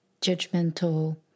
judgmental